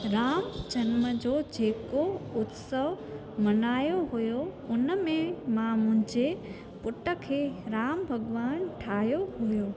राम जनम जो जेको उत्सव मञायो हुओ उन में मां मुंहिंजे पुटु खे राम भॻवानु ठाहियो हुओ